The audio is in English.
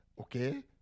Okay